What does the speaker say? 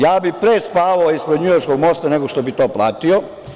Ja bih pre spavao ispod njujorškog mosta nego što bih to platio.